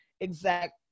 exact